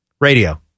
radio